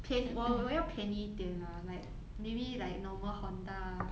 便我我要便宜一点 lah like maybe like normal honda